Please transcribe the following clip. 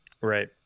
Right